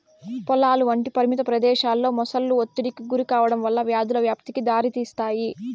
పొలాలు వంటి పరిమిత ప్రదేశాలలో మొసళ్ళు ఒత్తిడికి గురికావడం వల్ల వ్యాధుల వ్యాప్తికి దారితీస్తాది